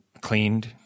cleaned